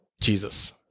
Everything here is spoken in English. Jesus